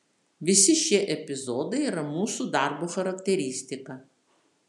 visi šie epizodai yra mūsų darbo charakteristika